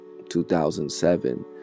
2007